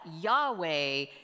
Yahweh